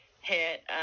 hit